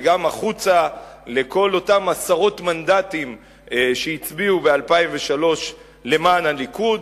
וגם החוצה לכל אותם עשרות מנדטים שהצביעו ב-2003 למען הליכוד,